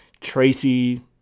Tracy